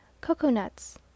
Coconuts